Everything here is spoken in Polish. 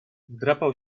wdrapał